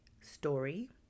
story